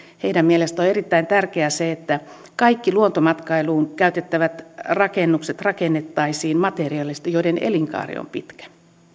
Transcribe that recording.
heidän mielestään on erittäin tärkeää että kaikki luontomatkailuun käytettävät rakennukset rakennettaisiin materiaaleista joiden elinkaari on pitkä